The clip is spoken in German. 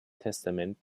testament